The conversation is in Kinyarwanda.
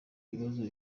ikibazo